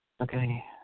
Okay